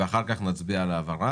ורק אחר כך להצביע על העברה.